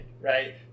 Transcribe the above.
right